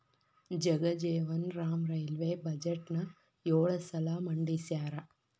Jagjivan Ram railway ಬಜೆಟ್ನ ಯೊಳ ಸಲ ಮಂಡಿಸ್ಯಾರ